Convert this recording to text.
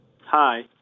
Hi